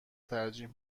ترجیح